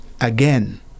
again